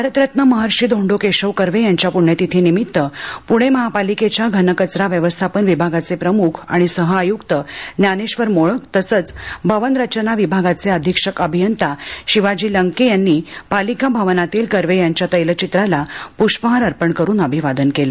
भारतरत्न महर्षी धोंडो केशव कर्वे यांच्या प्ण्यतिथीनिमित्त पुणे महापालिकेच्या घनकचरा व्यवस्थापन विभागाचे प्रमुख आणि सहआयुक्त ज्ञानेश्वर मोळक तसंच भवन रचना विभागाचे अधीक्षक अभियंता शिवाजी लंके यांनी पालिका भवनातील कर्वे यांच्या तैलचित्राला पुष्पहार अर्पण करून अभिवादन केलं